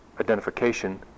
identification